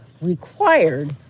required